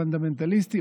פונדמנטליסטי,